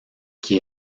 qui